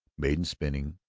maiden spinning,